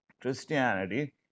Christianity